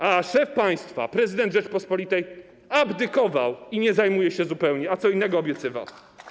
A szef państwa, prezydent Rzeczypospolitej abdykował i nie zajmuje się tym zupełnie, a co innego obiecywał.